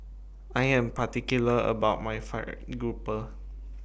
I Am particular about My Fried Grouper